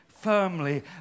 firmly